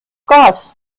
gas